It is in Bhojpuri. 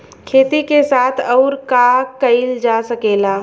खेती के साथ अउर का कइल जा सकेला?